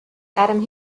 adam